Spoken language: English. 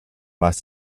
less